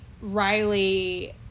Riley